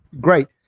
great